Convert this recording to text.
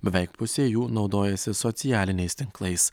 beveik pusė jų naudojasi socialiniais tinklais